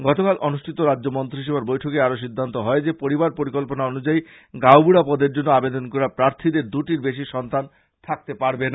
আজ অনুষ্ঠিত মন্ত্রীসভার বৈঠকে আরো সিদ্ধান্ত হয় জযে পরিবার পরিকল্পনা অনুযায়ী গাঁও বুড়া পদের জন্য আবেদন করা প্রার্থীদের দুটির বেশী সন্তান থাকতে পারবে না